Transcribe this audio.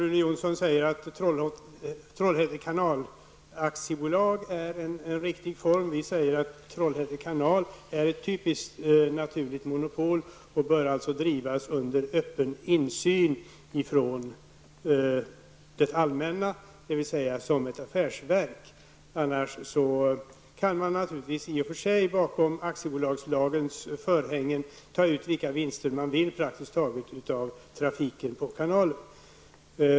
Rune Jonsson säger att det är en riktig form att ombilda Trollhätte kanal till aktiebolag. Vi säger att Trollhätte kanal är ett typiskt naturligt monopol och bör alltså drivas under öppen insyn från det allmänna, dvs. som ett affärsverk. Annars kan man bakom aktiebolagslagens förhängen ta ut vilka vinster man vill av trafiken på kanalen.